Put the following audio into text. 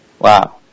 wow